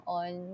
on